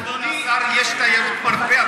אני מזכיר לך אדוני, יש תיירות מרפא.